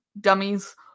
dummies